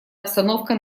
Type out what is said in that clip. обстановка